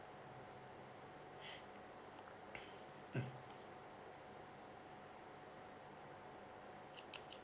mm